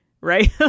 right